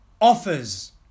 offers